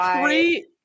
three